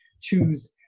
choose